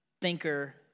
thinker